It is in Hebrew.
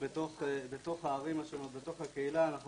השנה גם טיפלנו בשלוש תביעות.